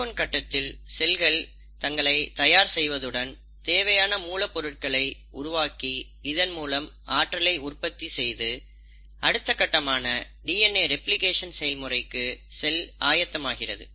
G1 கட்டத்தில் செல்கள் தங்களை தயார் செய்வதுடன் தேவையான மூலப்பொருட்களை உருவாக்கி இதன் மூலம் ஆற்றலை உற்பத்தி செய்து அடுத்த கட்டமான டிஎன்ஏ ரெப்ளிகேஷன் செயல்முறைக்கு செல் ஆயத்தமாகிறது